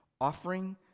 offering